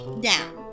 down